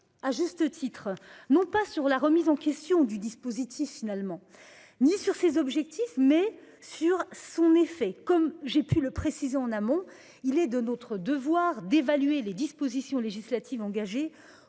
à juste titre, non pas sur la remise en question du dispositif final ni sur ses objectifs, mais sur son effet. Comme je l'ai précisé en amont, il est de notre devoir d'évaluer les dispositions législatives engagées